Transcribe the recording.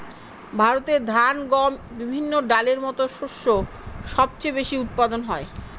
ভারতে ধান, গম, বিভিন্ন ডালের মত শস্য সবচেয়ে বেশি উৎপাদন হয়